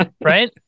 right